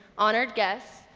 honored guests,